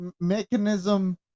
Mechanism